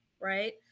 right